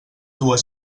dues